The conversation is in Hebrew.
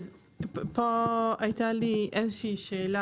פה הייתה לי שאלה.